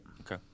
Okay